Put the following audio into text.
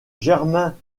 germain